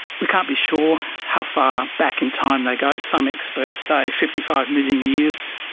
we can't be sure how far back in time they go. some experts say fifty five million years.